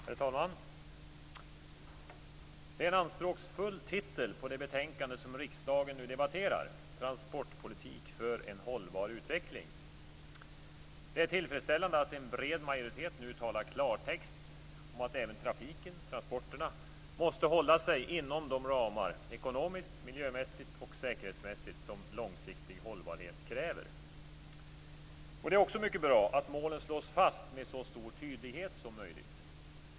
Herr talman! Det är en anspråksfull titel på det betänkande som riksdagen nu debatterar - Transportpolitik för en hållbar utveckling. Det är tillfredsställande att en bred majoritet nu talar klartext om att även trafiken och transporterna måste hålla sig inom de ramar - ekonomiskt, miljömässigt och säkerhetsmässigt - som långsiktig hållbarhet kräver. Det är också mycket bra att målen slås fast med så stor tydlighet som möjligt.